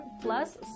plus